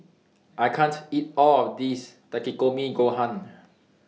I can't eat All of This Takikomi Gohan